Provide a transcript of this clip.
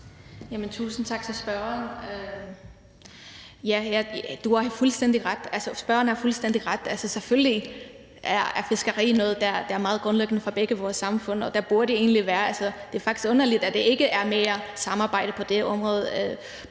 Tusind tak til spørgeren. Spørgeren har fuldstændig ret. Selvfølgelig er fiskeri noget, der er meget grundlæggende for begge vores samfund, og det er faktisk underligt, at der ikke er mere samarbejde på det område,